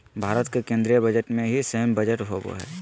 भारत के केन्द्रीय बजट में ही सैन्य बजट होबो हइ